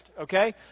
okay